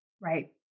Right